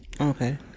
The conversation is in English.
Okay